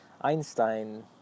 Einstein